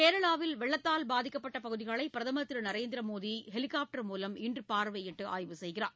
கேரளாவில் வெள்ளத்தால் பாதிக்கப்பட்ட பகுதிகளை பிரதமர் திரு நரேந்திரமோடி ஹெலிகாப்டர் மூலம் இன்று பார்வையிட்டு ஆய்வு செய்கிறார்